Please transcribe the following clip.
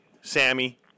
Sammy